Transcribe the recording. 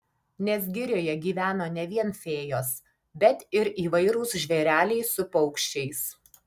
nes girioje gyveno ne vien fėjos bet ir įvairūs žvėreliai su paukščiais